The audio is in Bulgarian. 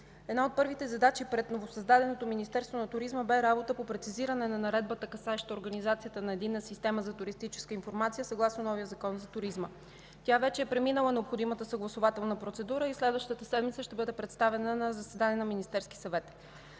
Една от първите задачи пред новосъздаденото Министерство на туризма бе работата по прецизиране на наредбата, касаеща организацията на Единната система за туристическа информация съгласно новия Закон за туризма. Тя вече е преминала необходимата съгласувателна процедура и следващата седмица ще бъде представена на заседание на Министерския съвет.